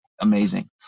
amazing